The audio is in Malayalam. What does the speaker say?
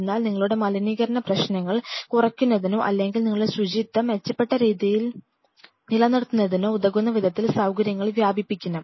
അതിനാൽ നിങ്ങളുടെ മലിനീകരണ പ്രശ്നങ്ങൾ കുറയ്ക്കുന്നതിനോ അല്ലെങ്കിൽ നിങ്ങളുടെ ശുചിത്വം മെച്ചപ്പെട്ട രീതിയിൽ നിലനിർത്തുന്നതിനോ ഉതകുന്ന വിധത്തിൽ സൌകര്യങ്ങൾ വ്യാപിപ്പിക്കണം